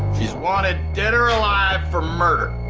she's wanted dead or alive for murder.